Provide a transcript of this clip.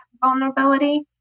vulnerability